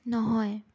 নহয়